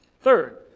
Third